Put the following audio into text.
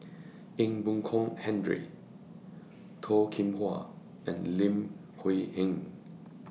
Ee Boon Kong Henry Toh Kim Hwa and Li Hui Heng